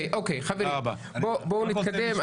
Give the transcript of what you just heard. חברים, בואו נתקדם.